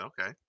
Okay